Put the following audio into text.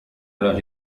los